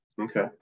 Okay